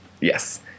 Yes